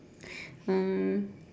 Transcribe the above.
um